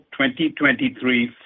2023